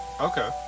Okay